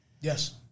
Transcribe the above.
Yes